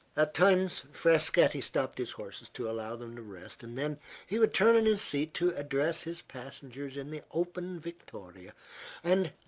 at times frascatti stopped his horses to allow them to rest, and then he would turn in his seat to address his passengers in the open victoria and